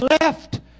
left